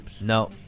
No